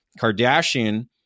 Kardashian